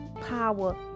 power